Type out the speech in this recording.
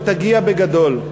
ותגיע בגדול.